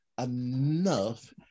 enough